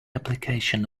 application